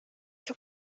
for